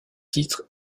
titre